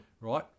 right